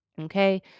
Okay